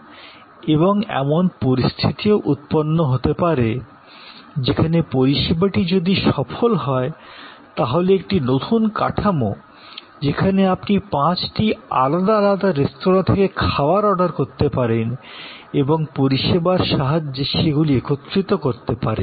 এখন এমন পরিস্থিতিও উৎপন্ন হতে পারে যেখানে পরিষেবাটি যদি সফল হয় তাহলে একটি সম্পূর্ণ নতুন কাঠামো যেখানে আপনি পাঁচটি আলাদা আলাদা রেস্তোঁরা থেকে খাবার অর্ডার করতে পারেন এবং পরিষেবার সাহায্যে সেগুলি একত্রিত করতে পারেন